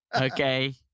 Okay